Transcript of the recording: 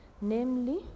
namely